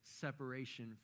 separation